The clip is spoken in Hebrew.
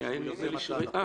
היה נדמה לי שראיתי אותה.